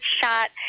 shot